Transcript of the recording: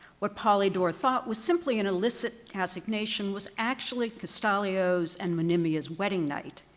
what polydore thought was simply an illicit assignation was actually castalio's and monimia's wedding night,